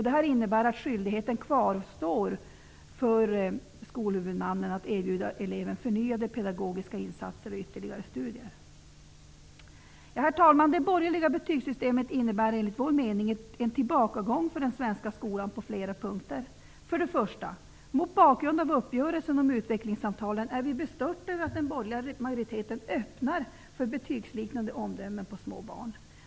Detta innebär att skyldigheten kvarstår för skolhuvudmannen att erbjuda eleven förnyade pedagogiska insatser och ytterligare studier. Herr talman! Det borgerliga betygssystemet innebär, enligt vår mening, en tillbakagång för den svenska skolan på flera punkter. För det första. Mot bakgrund av uppgörelsen om utvecklingssamtalen är vi bestörta över att den borgerliga majoriteten öppnar möjligheten att ge betygsliknande omdömen på små barn.